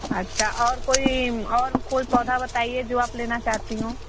अच्छा और कोई और कोई पौधा बताईए जो आप लेना चाहती हो